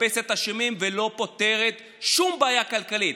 מחפשת אשמים ולא פותרת שום בעיה כלכלית.